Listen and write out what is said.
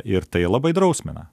ir tai labai drausmina